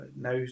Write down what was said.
now